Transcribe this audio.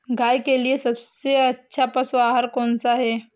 गाय के लिए सबसे अच्छा पशु आहार कौन सा है?